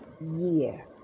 year